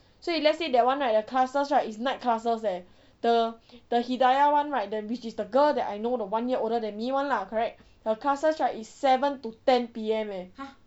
so if let's say that one right the classes right it's night classes leh the the hidaya one right which is the girl that I know the one year older than me [one] lah correct her classes right is seven to ten P_M leh